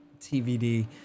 TVD